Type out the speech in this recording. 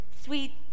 sweet